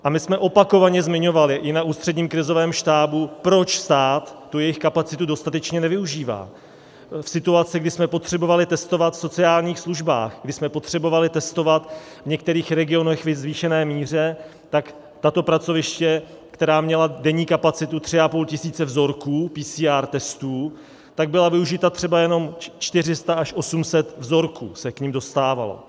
A my jsme opakovaně zmiňovali i na Ústředním krizovém štábu, proč stát tu jejich kapacitu dostatečně nevyužívá v situaci, kdy jsme potřebovali testovat v sociálních službách, kdy jsme potřebovali testovat v některých regionech ve zvýšené míře, tak tato pracoviště, která měla denní kapacitu 3,5 tisíce vzorků PCR testů, tak byla využita třeba jenom 400 až 800 vzorků se k nim dostávalo.